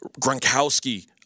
Gronkowski